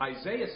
Isaiah